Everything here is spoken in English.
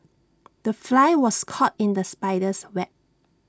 the fly was caught in the spider's web